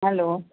hello